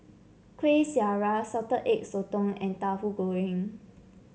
Kueh Syara Salted Egg Sotong and Tauhu Goreng